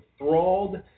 enthralled